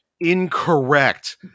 incorrect